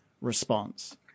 response